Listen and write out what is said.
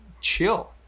chill